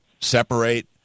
separate